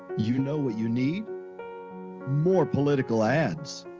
you know what? you need more political ads.